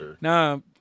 No